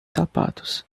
sapatos